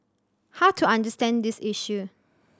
how to understand this issue